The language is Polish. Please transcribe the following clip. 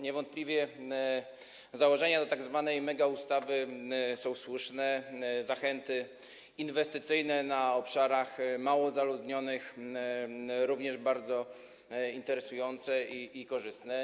Niewątpliwie założenia tzw. megaustawy są słuszne, zachęty inwestycyjne na obszarach mało zaludnionych również bardzo interesujące i korzystne.